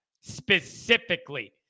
specifically